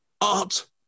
art